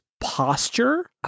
posture